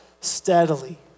steadily